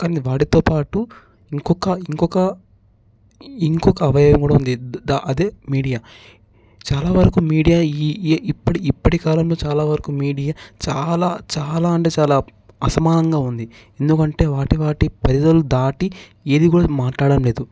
కానీ వాటితో పాటు ఇంకొక ఇంకొక ఇంకొక అవయవం కూడ ఉంది అదే మీడియా చాలా వరకు మీడియా ఈ ఈ ఇప్పటి ఇప్పటి కాలంలో చాలా వరకు మీడియా చాలా చాలా అంటే చాలా అసమానంగా ఉంది ఎందుకంటే వాటి వాటి పెదవులు దాటి ఏది కూడ మాట్లాడటం లేదు